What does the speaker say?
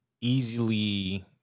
easily